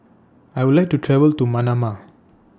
I Would like to travel to Manama